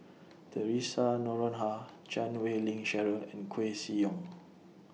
Theresa Noronha Chan Wei Ling Cheryl and Koeh Sia Yong